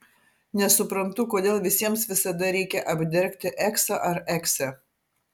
nesuprantu kodėl visiems visada reikia apdergti eksą ar eksę